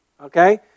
okay